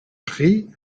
pris